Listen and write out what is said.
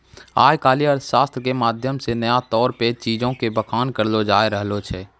आइ काल्हि अर्थशास्त्रो के माध्यम से नया तौर पे चीजो के बखान करलो जाय रहलो छै